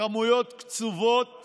כמויות קצובות